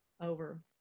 over